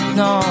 no